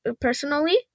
personally